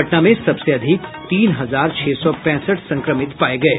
पटना में सबसे अधिक तीन हजार छह सौ पैंसठ संक्रमित पाये गये